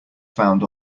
found